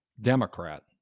Democrat